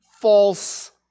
false